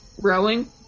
Rowing